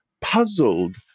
puzzled